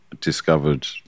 discovered